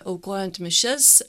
aukojant mišias